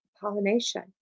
pollination